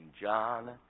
John